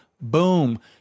Boom